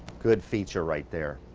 good feature right there.